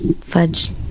Fudge